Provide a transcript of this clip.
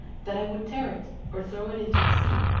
that i would tear it, or throw it into the sea,